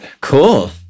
Cool